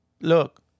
Look